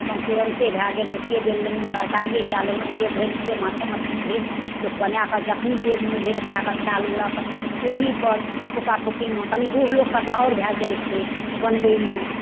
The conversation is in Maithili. अपन तुरन्ते भए गेल रोटीए बेलि लेलहुँ तरकारिए कए लेलहुँ जे भेल से माछे मछली भेल लोक बनाए कऽ जखनि जे मोन भेल कए कऽ खाए ललक चुल्हिपर फुका फुकीमे कनि बूढ़ लोककेँ तऽ आओर भए जाइ छै बनबयमे